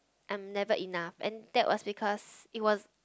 I'm never enough and that was because it was